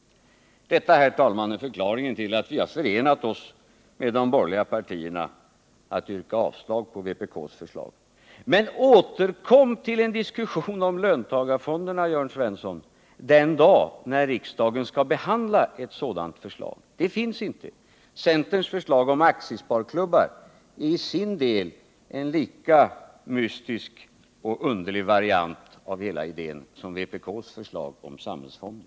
Detta, herr talman, är förklaringen till att vi har förenat oss med de borgerliga partierna om att yrka avslag på vpk:s förslag. Men återkom till en diskussion om löntagarfonderna, Jörn Svensson, den dag riksdagen skall behandla ett sådant förslag. Det finns inte nu. Centerns förslag om aktiesparklubbar är i sin del en lika mystisk och underlig variant av hela idén som vpk:s förslag om samhällsfonder.